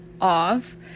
off